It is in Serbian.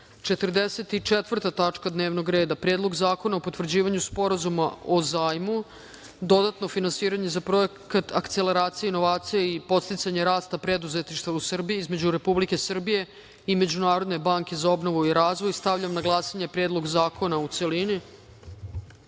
tačka dnevnog reda - Predlog zakona o potvrđivanju Sporazuma o zajmu (Dodatno finansiranje za Projekat akceleracije inovacija i podsticanja rasta preduzetništva u Srbiji) između Republike Srbije i Međunarodne banke za obnovu i razvoj. Stavljam na glasanje Predlog zakona, u